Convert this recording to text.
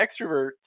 extroverts